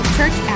Church